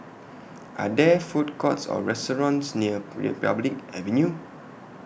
Are There Food Courts Or restaurants near Republic Avenue